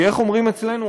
כי, איך אומרים אצלנו?